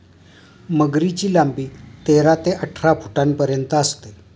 मगरीची लांबी तेरा ते अठरा फुटांपर्यंत असते